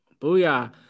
Booyah